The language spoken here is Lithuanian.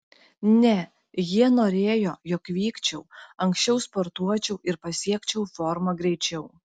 ne jie norėjo jog vykčiau anksčiau sportuočiau ir pasiekčiau formą greičiau